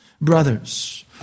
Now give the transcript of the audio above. brothers